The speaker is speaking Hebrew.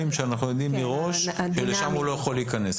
שאנחנו יודעים מראש שלשם הוא לא יכול להיכנס.